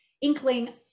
inkling